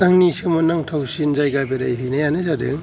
आंनि सोमोनांथावसिन जायगा बेरायहैनायानो जादों